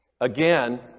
Again